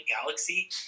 Galaxy